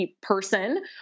person